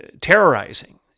terrorizing